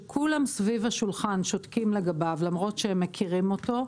שכולם סביב השולחן שותקים לגביו למרות שהם מכירים אותו,